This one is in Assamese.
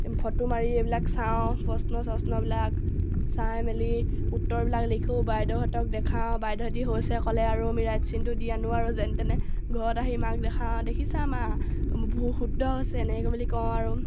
ফটো মাৰি এইবিলাক চাওঁ প্ৰশ্ন চশ্নবিলাক চাই মেলি উত্তৰবিলাক লিখোঁ বাইদেউহঁতক দেখাওঁ বাইদেউহঁতে হৈছে ক'লে আৰু আমি ৰাইট চিনটো দি আনোঁ আৰু যেনে তেনে ঘৰত আহি মাক দেখাওঁ দেখিছা মা বহু শুদ্ধ হৈছে এনেকৈ বুলি কওঁ আৰু